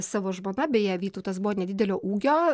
savo žmona beje vytautas buvo nedidelio ūgio